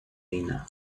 війна